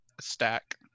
stack